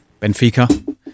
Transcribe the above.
Benfica